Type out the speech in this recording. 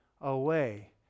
away